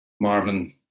Marvin